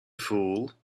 fool